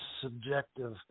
subjective